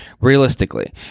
Realistically